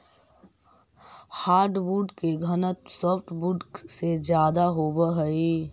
hardwood के घनत्व softwood से ज्यादा होवऽ हइ